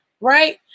Right